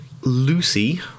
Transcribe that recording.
Lucy